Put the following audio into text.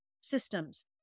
systems